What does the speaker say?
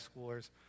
schoolers